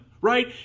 right